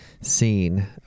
scene